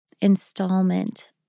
installment